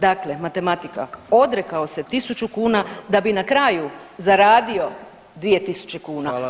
Dakle, matematika, odrekao se 1.000 kuna da bi na kraju zaradio 2.000 kuna.